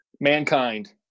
Mankind